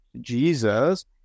Jesus